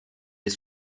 est